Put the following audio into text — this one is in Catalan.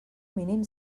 mínim